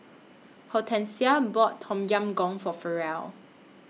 Hortensia bought Tom Yam Goong For Ferrell